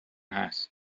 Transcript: هست